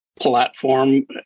platform